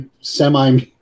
semi